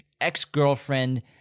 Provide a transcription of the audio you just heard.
ex-girlfriend